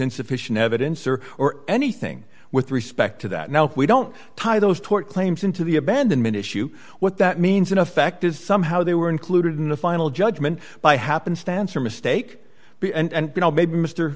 insufficient evidence or or anything with respect to that now if we don't tie those tort claims into the abandonment issue what that means in effect is somehow they were included in a final judgment by happenstance or mistake b and you know maybe m